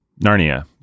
Narnia